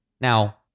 Now